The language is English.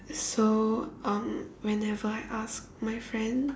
so um whenever I ask my friend